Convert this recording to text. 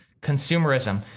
consumerism